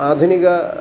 आधुनिकः